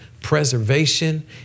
preservation